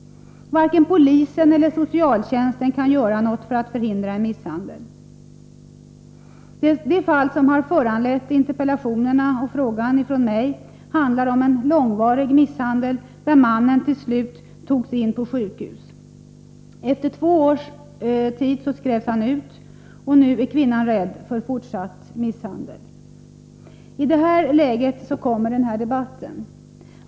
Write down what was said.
Varken polisen eller socialtjänsten kan göra något för att förhindra en misshandel. Det fall som föranlett interpellationerna och frågan från mig handlar om en långvarig misshandel, där mannen till slut togs in på sjukhus. Efter två år skrevs han ut, och nu är kvinnan rädd för fortsatt misshandel. I det läget kommer denna debatt.